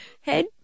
head